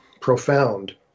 profound